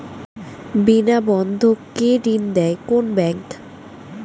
বিনা বন্ধক কে ঋণ দেয় কোন ব্যাংক?